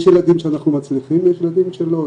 יש ילדים שאנחנו מצליחים ויש ילדים שלא.